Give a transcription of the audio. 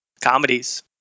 comedies